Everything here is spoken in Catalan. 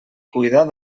cuidar